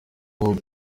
bob